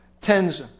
tens